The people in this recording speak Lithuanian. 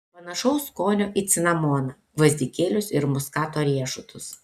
panašaus skonio į cinamoną gvazdikėlius ir muskato riešutus